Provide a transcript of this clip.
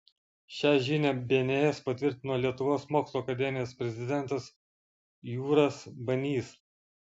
šią žinią bns patvirtino lietuvos mokslų akademijos prezidentas jūras banys